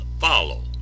follow